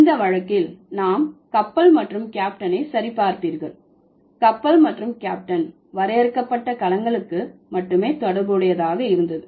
இந்த வழக்கில் நாம் கப்பல் மற்றும் கேப்டனை சரி பார்ப்பீர்கள் கப்பல் மற்றும் கேப்டன் வரையறுக்கப்பட்ட களங்களுக்கு மட்டுமே தொடர்புடையதாக இருந்தது